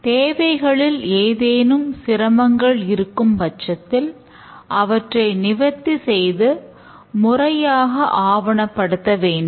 தேவைகளில் ஏதேனும் சிரமங்கள் இருக்கும் பட்சத்தில் அவற்றை நிவர்த்தி செய்து முறையாக ஆவணப்படுத்த வேண்டும்